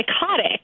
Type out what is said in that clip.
psychotic